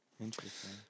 Interesting